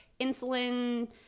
insulin